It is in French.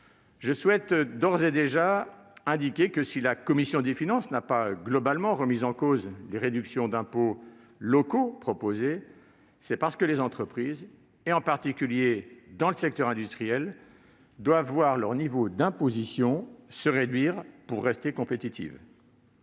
je souhaite, d'ores et déjà, indiquer que, si la commission des finances n'a pas globalement remis en cause les réductions d'impôts locaux proposées, c'est parce que les entreprises, en particulier dans le secteur industriel, doivent voir leur niveau d'imposition se réduire pour rester compétitives.